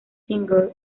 single